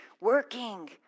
working